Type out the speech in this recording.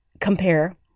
compare